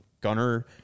Gunner